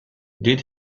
did